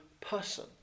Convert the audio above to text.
person